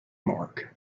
morgue